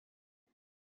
بخون